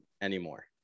anymore